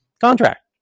contract